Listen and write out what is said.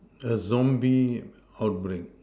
the zombie outbreak